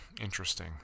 interesting